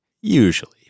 Usually